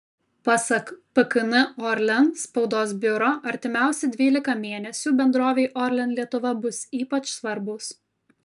pasak pkn orlen spaudos biuro artimiausi dvylika mėnesių bendrovei orlen lietuva bus ypač svarbūs